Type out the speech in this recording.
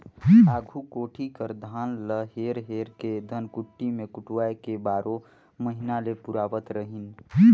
आघु कोठी कर धान ल हेर हेर के धनकुट्टी मे कुटवाए के बारो महिना ले पुरावत रहिन